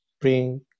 bring